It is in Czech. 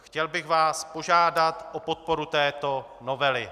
Chtěl bych vás požádat o podporu této novely.